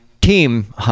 team